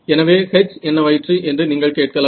எனவே H என்னவாயிற்று என்று நீங்கள் கேட்கலாம்